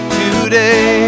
today